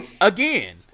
Again